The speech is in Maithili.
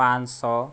पाॅंच सए